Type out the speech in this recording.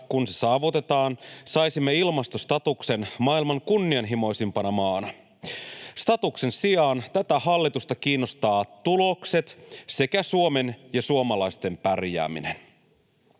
kun se saavutetaan, saisimme ilmastostatuksen maailman kunnianhimoisimpana maana. Statuksen sijaan tätä hallitusta kiinnostavat tulokset sekä Suomen ja suomalaisten pärjääminen.